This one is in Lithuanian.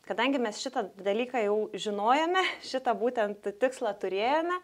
kadangi mes šitą dalyką jau žinojome šitą būtent tikslą turėjome